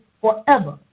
forever